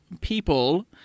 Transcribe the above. people